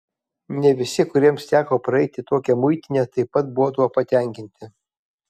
ne visi kuriems teko praeiti tokią muitinę taip pat buvo tuo patenkinti